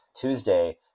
Tuesday